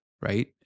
right